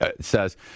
says